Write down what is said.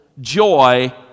joy